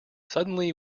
suddenly